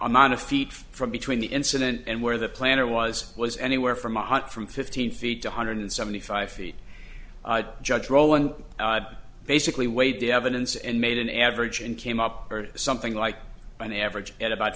amount of feet from between the incident and where the planner was was anywhere from a hunt from fifteen feet to hundred seventy five feet judge rowland basically weighed the evidence and made an average and came up heard something like an average at about